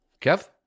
Kev